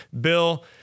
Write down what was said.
Bill